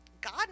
god